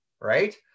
Right